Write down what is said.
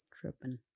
Tripping